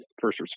first